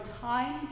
time